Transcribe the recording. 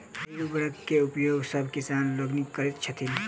एहि उर्वरक के उपयोग सभ किसान लोकनि करैत छथि